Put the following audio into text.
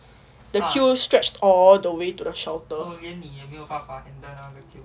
the queue stretched all the way to the shelter 原理也没有办法